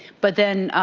but, then